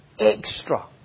extra